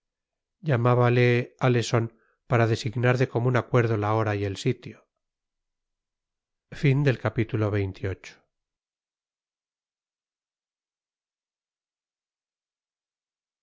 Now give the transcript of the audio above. llamábale aleson para designar de común acuerdo la hora y el sitio